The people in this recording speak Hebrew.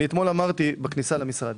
אתמול אמרתי בנכיסה למשרד